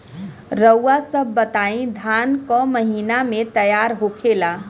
रउआ सभ बताई धान क महीना में तैयार होखेला?